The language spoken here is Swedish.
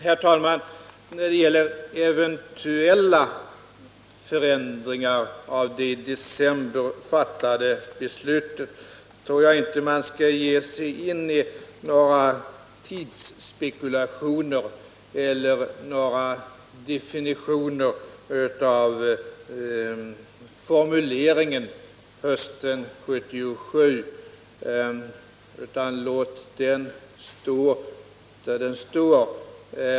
Herr talman! När det gäller frågan om eventuella förändringar av det i december fattade beslutet tycker jag inte att man skall ge sig in på några tidsmässiga spekulationer eller på några definitioner av formuleringen från hösten 1977. Låt den i stället stå som den står!